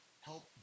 help